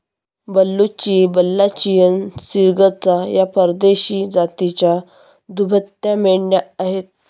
बलुची, बल्लाचियन, सिर्गजा या परदेशी जातीच्या दुभत्या मेंढ्या आहेत